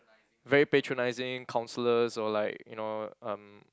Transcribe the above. very patronizing counsellors or like you know um